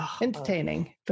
Entertaining